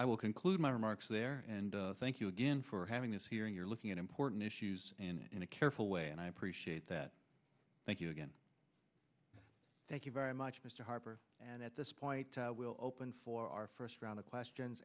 i will conclude my remarks there and thank you again for having this hearing you're looking at important issues in a careful way and i appreciate that thank you again thank you very much mr harper and at this point we'll open for our first round of questions